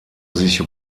sich